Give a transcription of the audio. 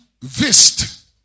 Vist